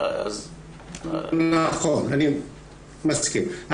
אני מסכים.